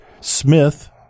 Smith